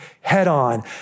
head-on